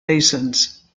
basins